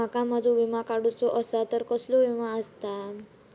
माका माझो विमा काडुचो असा तर कसलो विमा आस्ता?